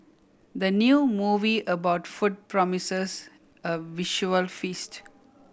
the new movie about food promises a visual feast